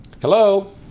Hello